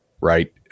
right